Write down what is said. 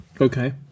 Okay